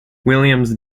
williams